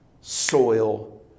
soil